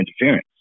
interference